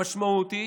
המשמעות היא